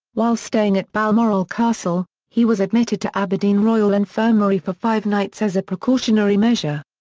while staying at balmoral castle, he was admitted to aberdeen royal infirmary for five nights as a precautionary measure.